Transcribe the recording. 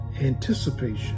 anticipation